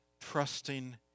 trusting